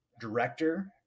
director